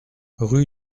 rue